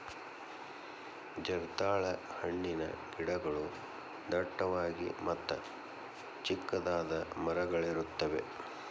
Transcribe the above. ಜರ್ದಾಳ ಹಣ್ಣಿನ ಗಿಡಗಳು ಡಟ್ಟವಾಗಿ ಮತ್ತ ಚಿಕ್ಕದಾದ ಮರಗಳಿರುತ್ತವೆ